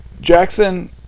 Jackson